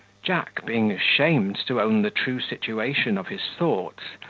jack, being ashamed to own the true situation of his thoughts,